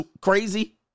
crazy